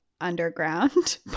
underground